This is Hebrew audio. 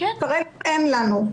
וכרגע אין לנו.